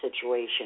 situation